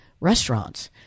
restaurants